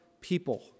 people